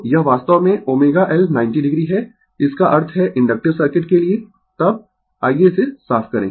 तो यह वास्तव में ω L 90 o है इसका अर्थ है इन्डक्टिव सर्किट के लिए तब आइये इसे साफ करें